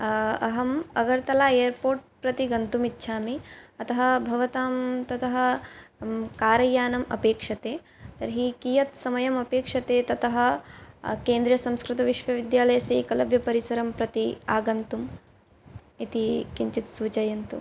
अहम् अगर्तला एयर्पोट् प्रति गन्तुम् इच्छामि अतः भवतां ततः कार्यानम् अपेक्षते तर्हि कियत् समयम् अपेक्षते ततः केन्द्रसंस्कृतविश्वविद्यालयस्य एकलव्यपरिसरं प्रति आगन्तुम् इति किञ्चित् सूचयन्तु